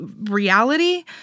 Reality